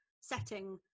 setting